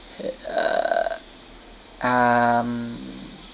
uh um